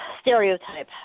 stereotype